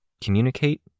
Communicate